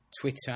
Twitter